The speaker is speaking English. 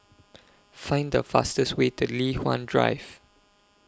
Find The fastest Way to Li Hwan Drive